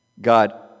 God